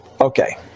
Okay